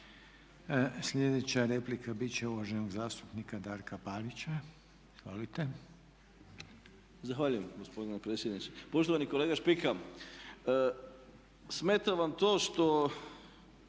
Sljedeća replika biti će uvaženog zastupnika Darka Parića. Izvolite. **Parić, Darko (SDP)** Zahvaljujem gospodine predsjedniče. Poštovani kolega Špika, smeta vam to što